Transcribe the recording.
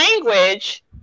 language